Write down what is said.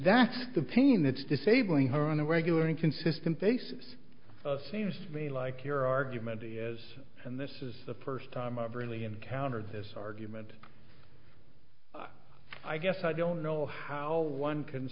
that's the pain that's disabling her on a regular and consistent basis of seems to me like your argument is and this is the first time i've really encountered this argument i guess i don't know how one can